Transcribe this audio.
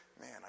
man